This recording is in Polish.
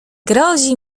grozi